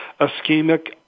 Ischemic